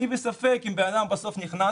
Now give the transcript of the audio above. אני בספק אם בן אדם בסוף נכנס.